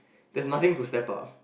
there is nothing to step up